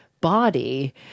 body